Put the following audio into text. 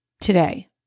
today